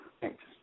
Thanks